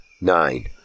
Nine